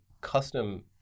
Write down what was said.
custom